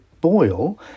boil